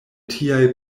tiaj